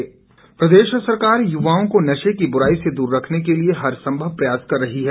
बाल मित्र प्रदेश सरकार युवाओं को नशे की बुराई से दूर रखने के लिए हरसंभव प्रयास कर रही है